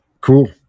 Cool